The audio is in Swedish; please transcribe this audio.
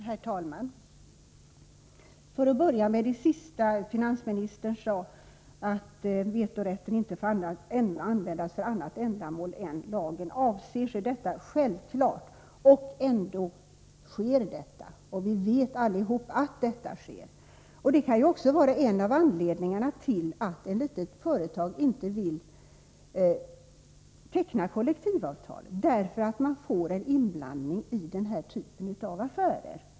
Herr talman! Jag vill börja med det sista finansministern sade, nämligen att vetorätten inte får användas för annat ändamål än lagen avser. Detta är självklart, men ändå är det vad som sker — det vet vi alla. En av anledningarna till att ett litet företag inte vill teckna kollektivavtal kan vara att det får en inblandning i den här typen av frågor.